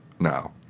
now